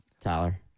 Tyler